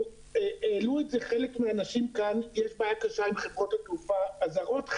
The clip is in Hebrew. העלו חלק מהאנשים כאן שיש בעיה קשה עם חברות התעופה הזרות.